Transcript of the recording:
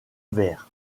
vert